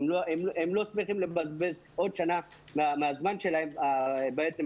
הם לא שמחים לבזבז עוד שנה מהזמן שלהם באקדמיה.